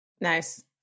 Nice